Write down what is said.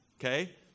Okay